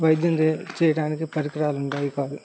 వైద్యం దే చెయ్యడానికి పరికరాలు ఉండేవి కాదు